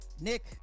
nick